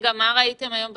מה ראיתם היום בתקשורת?